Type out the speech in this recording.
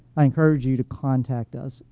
i encourage you to contact us.